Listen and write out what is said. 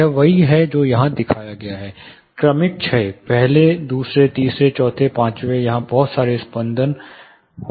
यह वही है जो यहाँ दिखाया गया है क्रमिक क्षय पहले दूसरे तीसरे चौथे पांचवें वहाँ बहुत सारे स्पंदन होंगे जो हो रहे हैं